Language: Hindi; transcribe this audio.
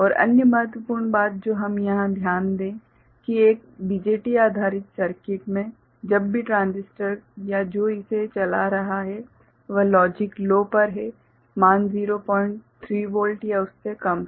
और अन्य महत्वपूर्ण बात जो हम यहां ध्यान दें कि एक BJT आधारित सर्किट में जब भी ट्रांजिस्टर या जो इसे चला रहा है वह लॉजिक लो पर है मान 03 वोल्ट या उससे कम है